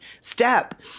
step